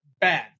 bad